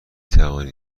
توانید